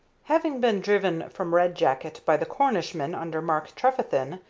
having been driven from red jacket by the cornishmen under mark trefethen,